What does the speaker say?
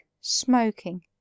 smoking